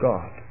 God